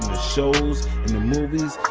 shows in and movies